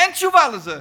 אין תשובה לזה.